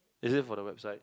is it for the website